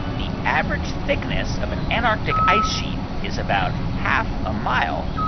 the average thickness of an antarctic ice sheet is about half a mile?